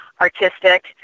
artistic